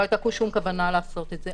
לא הייתה שום כוונה לעשות את זה.